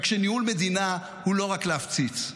רק שניהול מדינה הוא לא רק להפציץ.